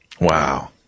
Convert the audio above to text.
Wow